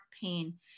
pain